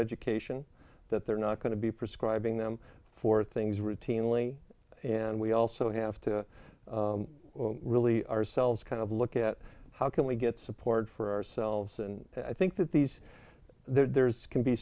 education that they're not going to be prescribing them for things routinely and we also have to really ourselves kind of look at how can we get support for ourselves and i think that these there's can be